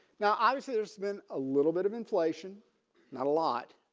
now obviously there's been a little bit of inflation not a lot.